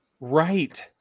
Right